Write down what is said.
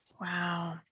Wow